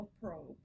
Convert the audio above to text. probe